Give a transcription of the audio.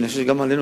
ואני חושב שגם לנו,